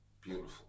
beautiful